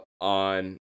on